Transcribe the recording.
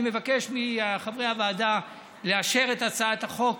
אני מבקש מחברי הכנסת לאשר את הצעת החוק.